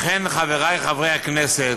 לכן, חברי חברי הכנסת,